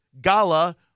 Gala